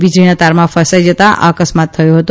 વીજળીના તારમાં ફસાઇ જતાં આ અકસ્માત થયો હતો